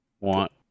want